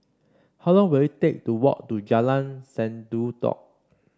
how long will it take to walk to Jalan Sendudok